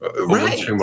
Right